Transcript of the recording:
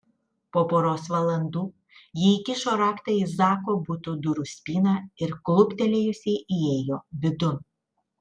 po poros valandų ji įkišo raktą į zako buto durų spyną ir kluptelėjusi įėjo vidun